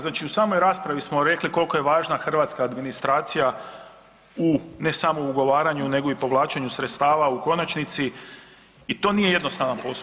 Znači, u samoj raspravi smo rekli kolko je važna hrvatska administracija u, ne samo u ugovaranju nego i u povlačenju sredstava u konačnici i to nije jednostavan posao.